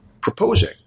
proposing